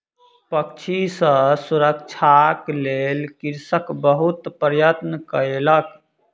पक्षी सॅ सुरक्षाक लेल कृषक बहुत प्रयत्न कयलक